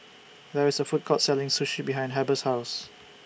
There IS A Food Court Selling Sushi behind Heber's House